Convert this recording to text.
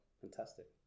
Fantastic